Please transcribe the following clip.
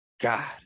God